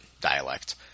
dialect